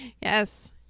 Yes